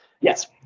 Yes